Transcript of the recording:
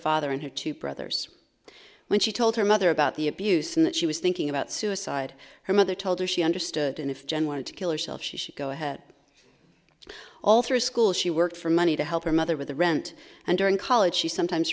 father and her two brothers when she told her mother about the abuse and that she was thinking about suicide her mother told her she understood and if jen wanted to kill herself she should go ahead all through school she worked for money to help her mother with the rent and during college she sometimes